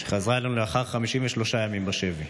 שחזרה אלינו לאחר 53 ימים בשבי: